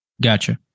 Gotcha